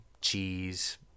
cheese